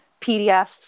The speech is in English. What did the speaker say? PDF